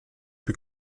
più